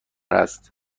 است